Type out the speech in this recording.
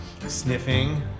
sniffing